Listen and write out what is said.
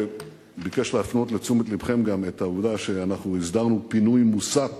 וביקש להפנות לתשומת לבכם גם את העובדה שאנחנו הסדרנו פינוי מוסק